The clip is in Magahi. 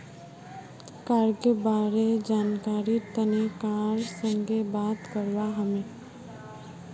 कार्गो बारे जानकरीर तने कार संगे बात करवा हबे